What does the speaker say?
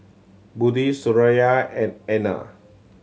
Budi Suraya and Aina